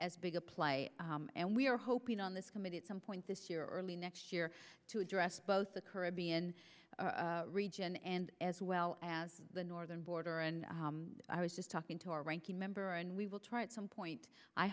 as big a play and we are hoping on this committee at some point this year or early next year to address both the caribbean region and as well as the northern border and i was just talking to our ranking member and we will try it some point i